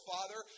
Father